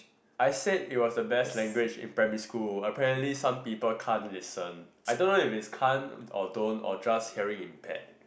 I said it was the best language in primary school apparently some people can't listen I don't know if it's can't or don't or just hearing impaired